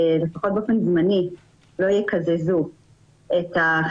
אני מתכבד לפתוח את הישיבה השנייה היום של ועדת העבודה,